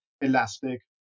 Elastic